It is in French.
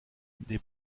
des